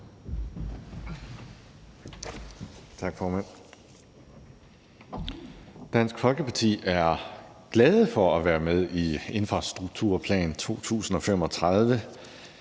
Dansk Folkeparti er glade for at være med i Infrastrukturplan 2035,